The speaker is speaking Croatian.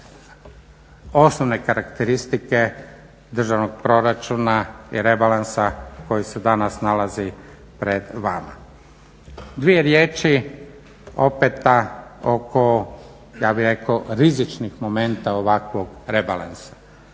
osnovne karakteristike državnog proračuna i rebalansa koji se danas nalazi pred vama. Dvije riječi opet ja bih rekao oko rizičnih momenta ovakvog rebalansa.